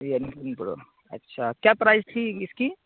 پرو اچھا کیا پرائز تھی اس کی